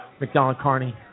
McDonald-Carney